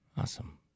Awesome